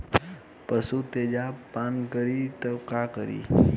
पशु तेजाब पान करी त का करी?